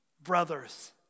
brothers